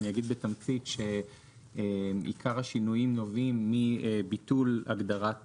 אני אגיד בתמצית שעיקר השינויים נובעים מביטול הגדרת